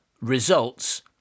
results